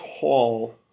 tall